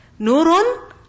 Nurun